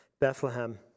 Bethlehem